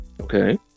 okay